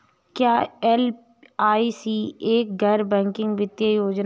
क्या एल.आई.सी एक गैर बैंकिंग वित्तीय योजना है?